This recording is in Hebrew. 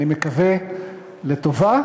אני מקווה לטובה,